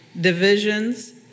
divisions